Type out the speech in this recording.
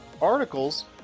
articles